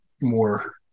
more